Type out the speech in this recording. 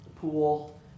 pool